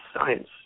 science